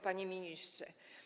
Panie Ministrze!